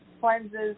cleanses